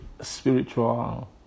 spiritual